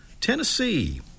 Tennessee